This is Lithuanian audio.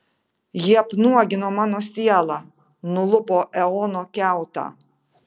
ji apnuogino mano sielą nulupo eono kiautą